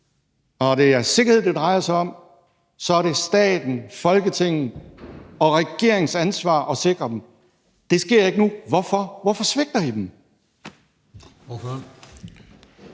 Når det er sikkerhed, det drejer sig om, er det staten, Folketinget og regeringens ansvar at sikre dem. Det sker ikke nu – hvorfor? Hvorfor svigter I dem?